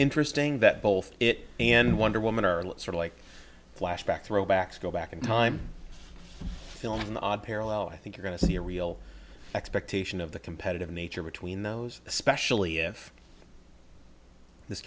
interesting that both it and wonder woman are a lot sort of like flashback throwbacks go back in time film the odd parallel i think we're going to see a real expectation of the competitive nature between those especially if this